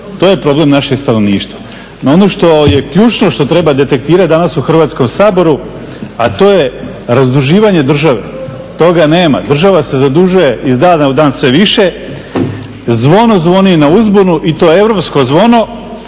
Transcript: to je problem našeg stanovništva. No ono što je ključno što treba detektirati danas u Hrvatskom saboru, a to je razduživanje države. Toga nema, država se zadužuje iz dana u dan sve više, zvono zvoni na uzbunu i to europsko zvono,